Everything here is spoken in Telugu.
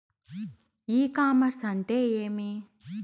ఇ కామర్స్ అంటే ఏమి?